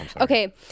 Okay